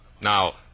Now